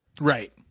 Right